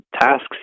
tasks